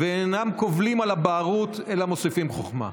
הם אינם קובלים על הבערות אלא מוסיפים חוכמה.